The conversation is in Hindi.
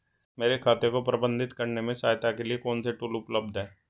मेरे खाते को प्रबंधित करने में सहायता के लिए कौन से टूल उपलब्ध हैं?